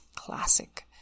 classic